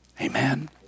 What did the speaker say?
Amen